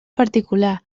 particular